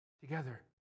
together